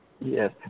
Yes